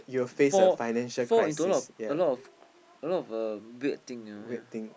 fall fall into a lot of a lot of a lot of uh weird thing you know yea